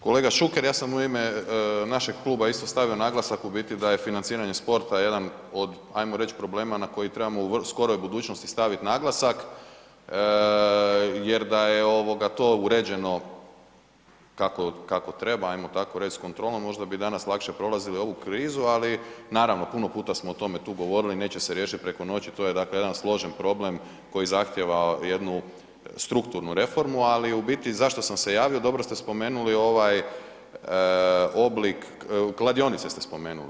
Kolega Šuker ja sam u ime našeg kluba isto stavio naglasak u biti da je financiranje sporta jedan od, hajmo reći, problema na koji trebamo u skoroj budućnosti staviti naglasak jer da je to uređeno kako treba, hajmo tako reći, s kontrolom, možda bi danas lakše prolazili ovu krizu, ali naravno puno puta smo o tome tu govorili, neće se riješiti preko noći, to je dakle, jedan složen problem koji zahtijeva jednu strukturnu reformu, ali u biti, zašto sam se javio, dobro ste spomenuli ovaj oblik, kladionice ste spomenuli.